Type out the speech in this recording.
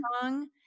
song